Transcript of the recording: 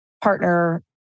partner